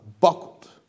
buckled